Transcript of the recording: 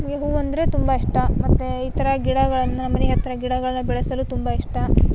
ನನಗೆ ಹೂವು ಅಂದರೆ ತುಂಬ ಇಷ್ಟ ಮತ್ತು ಈ ಥರ ಗಿಡಗಳನ್ನು ಮನೆ ಹತ್ರ ಗಿಡಗಳನ್ನ ಬೆಳೆಸಲು ತುಂಬ ಇಷ್ಟ